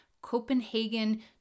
Copenhagen